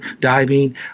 Diving